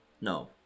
no